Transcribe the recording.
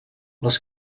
les